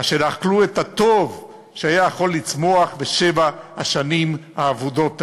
אשר אכלו את הטוב שהיה יכול לצמוח בשבע השנים האבודות האלו.